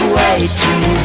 waiting